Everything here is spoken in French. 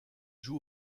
joue